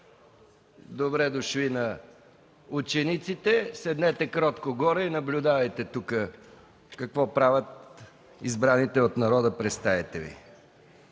Добре дошли на учениците! Седнете кротко горе и наблюдавайте какво правят избраните от народа представители.